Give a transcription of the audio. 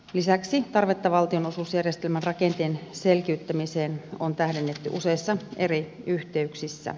lisäksi tarvetta valtionosuusjärjestelmän rakenteen selkiyttämiseen on tähdennetty useissa eri yhteyksissä